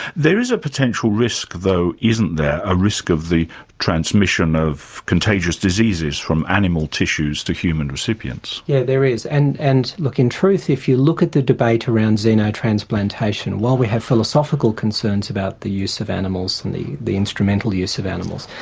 there is a potential risk, though, isn't there? the ah risk of the transmission of contagious diseases from animal tissues to human recipients. yes, yeah there is. and, and look, in truth, if you look at the debate around xenotransplantation, while we have philosophical concerns about the use of animals, and the the instrumental use of animals,